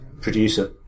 producer